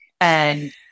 and-